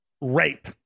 rape